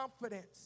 confidence